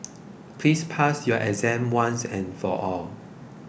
please pass your exam once and for all